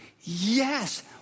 yes